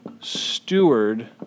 steward